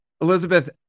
Elizabeth